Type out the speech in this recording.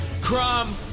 Crumb